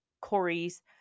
Corey's